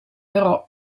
però